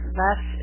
less